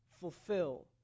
fulfill